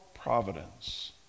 providence